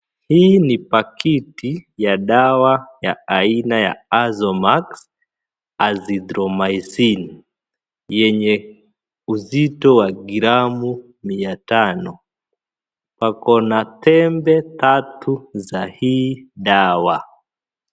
Hii ni pakiti ya dawa ya aina ya Azomax Azithromycin yenye uzito wa gramu mia tano, Pako na tembe tatu za hii dawa.